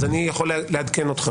אז אני יכול לעדכן אותך